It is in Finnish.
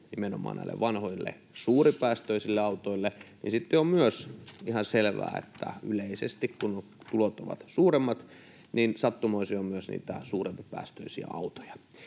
nimenomaan näille vanhoille, suuripäästöisille autoille, niin sitten on myös ihan selvää, että kun yleisesti tulot ovat suuremmat, niin sattumoisin on myös niitä suurempipäästöisiä autoja.